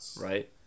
right